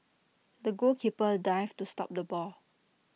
the goalkeeper dived to stop the ball